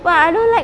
!wah! I don't like